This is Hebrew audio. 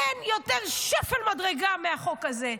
אין יותר שפל מדרגה מהחוק הזה.